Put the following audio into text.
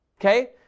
Okay